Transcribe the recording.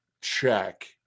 check